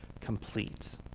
complete